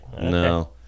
No